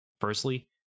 firstly